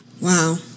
Wow